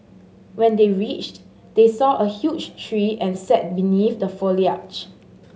when they reached they saw a huge tree and sat beneath the foliage